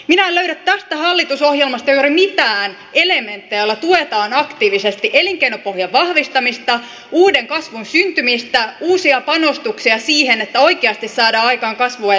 minä en löydä tästä hallitusohjelmasta juuri mitään elementtejä joilla tuetaan aktiivisesti elinkeinopohjan vahvistamista uuden kasvun syntymistä uusia panostuksia siihen että oikeasti saadaan aikaan kasvua ja työllisyyttä